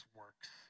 works